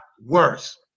worse